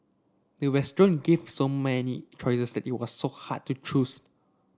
the restaurant gave so many choices that it was hard to choose